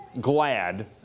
glad